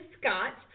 Scott